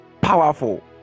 Powerful